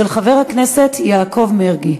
של חבר הכנסת יעקב מרגי.